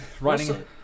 writing